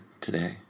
today